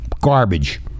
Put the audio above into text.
garbage